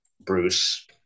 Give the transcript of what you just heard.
Bruce